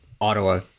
Ottawa